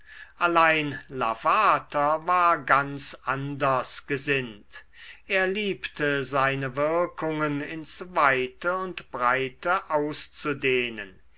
allein lavater war ganz anders gesinnt er liebte seine wirkungen ins weite und breite auszudehnen